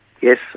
yes